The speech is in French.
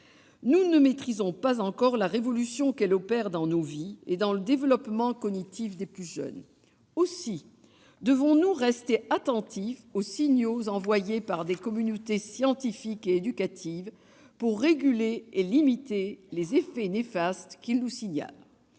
nous ne maîtrisons pas encore la révolution qu'il opère dans nos vies et dans le développement cognitif des plus jeunes. Aussi devons-nous rester attentifs aux signaux envoyés par les communautés scientifiques et éducatives, pour réguler et limiter les effets néfastes qu'ils nous signalent.